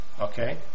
Okay